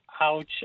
Ouch